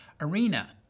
Arena